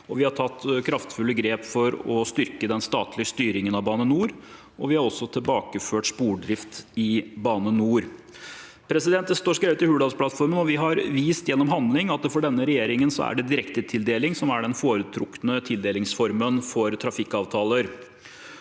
vi har tatt kraftfulle grep for å styrke den statlige styringen av Bane Nor, og vi har også tilbakeført Spordrift i Bane Nor. Det står skrevet i Hurdalplattformen, og vi har vist gjennom handling, at for denne regjeringen er det direktetildeling som er den foretrukne tildelingsformen for trafikkavtaler.